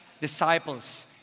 disciples